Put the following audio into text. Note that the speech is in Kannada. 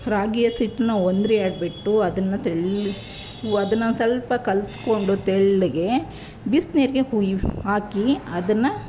ರಾಗಿ ಹಸಿಟ್ನ ವಂದ್ರಿ ಆಡಿಬಿಟ್ಟು ಅದನ್ನು ತೆಳ್ಳಗೆ ಅದನ್ನು ಒಂದು ಸ್ವಲ್ಪ ಕಲಿಸ್ಕೊಂಡು ತೆಳ್ಳಗೆ ಬಿಸಿನೀರ್ಗೆ ಹುಯ್ ಹಾಕಿ ಅದನ್ನು